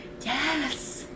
yes